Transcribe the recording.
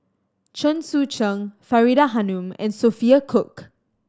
Chen Sucheng Faridah Hanum and Sophia Cooke